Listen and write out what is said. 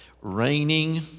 raining